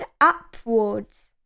upwards